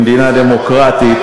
במדינה דמוקרטית,